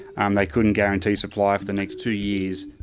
and they couldn't guarantee supply for the next two years.